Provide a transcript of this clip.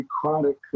chronic